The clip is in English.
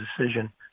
decision